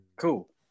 Cool